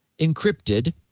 encrypted